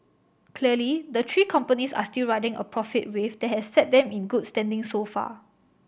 clearly the three companies are still riding a profit wave that has set them in good standing so far